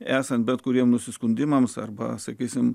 esant bet kuriam nusiskundimams arba sakysime